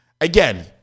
Again